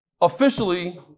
officially